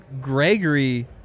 Gregory